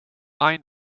iron